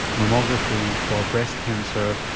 mammography for breast cancer,